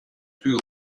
plus